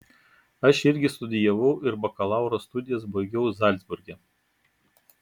aš irgi studijavau ir bakalauro studijas baigiau zalcburge